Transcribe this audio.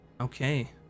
okay